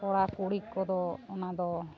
ᱠᱚᱲᱟᱼᱠᱩᱲᱤ ᱠᱚᱫᱚ ᱚᱱᱟᱫᱚ